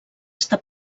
està